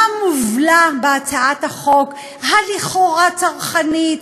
מה מובלע בהצעת החוק הלכאורה צרכנית,